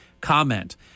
comment